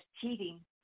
cheating